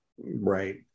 right